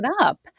up